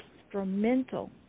instrumental